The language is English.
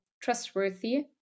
trustworthy